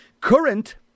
current